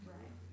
Right